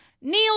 Neil